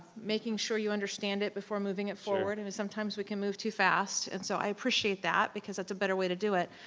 making sure you understand it before moving forward. and sometimes we can move too fast. and so i appreciate that because that's a better way to do it.